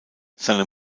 seine